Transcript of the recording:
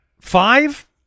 Five